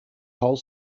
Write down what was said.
whole